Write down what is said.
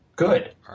Good